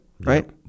right